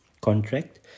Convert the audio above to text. contract